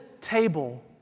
table